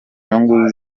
nyungu